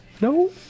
No